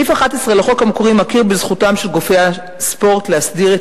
סעיף 11 לחוק המקורי מכיר בזכותם של גופי הספורט להסדיר את